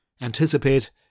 anticipate